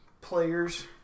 players